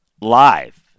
live